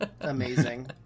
Amazing